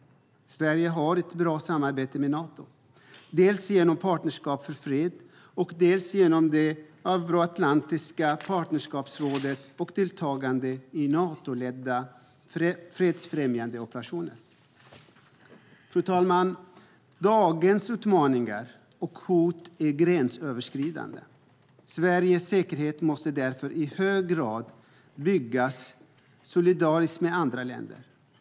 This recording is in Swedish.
Sverige har ett bra samarbete med Nato dels genom Partnerskap för fred, dels genom Euroatlantiska partnerskapsrådet och genom deltagande i Natoledda fredsfrämjande operationer. Fru talman! Dagens utmaningar och hot är gränsöverskridande. Sveriges säkerhet måste därför i hög grad byggas solidariskt med andra länder.